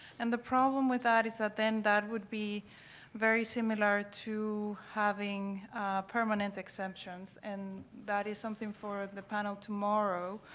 and the problem with that is that then, that would be very similar to having permanent exemptions. and that is something for the panel tomorrow.